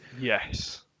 Yes